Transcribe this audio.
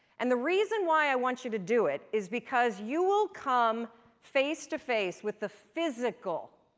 and the reason why i want you to do it is because you will come face to face with the physical,